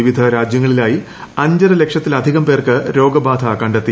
വിവിധ രാജ്യങ്ങളിലായി അഞ്ചര ലക്ഷത്തിലധികം പേർക്ക് രോഗബാധ കണ്ടെത്തി